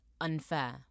unfair